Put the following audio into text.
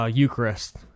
Eucharist